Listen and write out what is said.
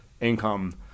income